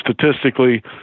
statistically